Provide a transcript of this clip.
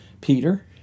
Peter